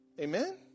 Amen